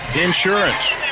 Insurance